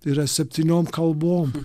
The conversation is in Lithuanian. yra septyniom kalvom